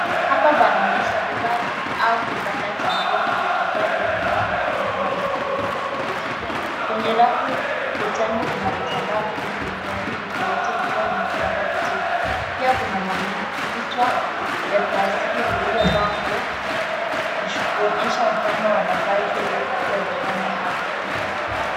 Hapa panaonyesha duka au kibanda cha nguo kilichojaa vitambaa vya aina mbalimbali vinavyouzwa, kwenye rafu ukutani kuna vitambaa vingi vyenye rangi tofauti vikiwa vimepangwa vizuri, pia kuna mannequins vichwa vya plastiki vilivyovaa nguo kuonyesha mfano wa mavazi yaliyopakiwa dukani hapo.